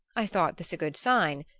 i thought this a good sign,